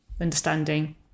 understanding